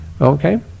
Okay